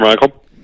Michael